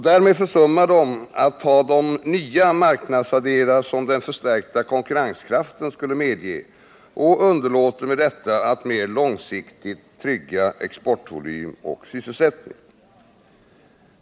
Därmed försummar de att ta de nya marknadsandelar som den förstärkta konkurrenskraften skulle medge och underlåter med detta att mer långsiktigt trygga exportvolym och sysselsättning.